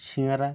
সিঙ্গারা